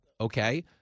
okay